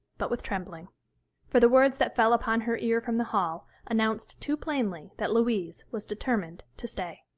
but with trembling for the words that fell upon her ear from the hall announced too plainly that louise was determined to stay.